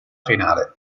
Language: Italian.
finale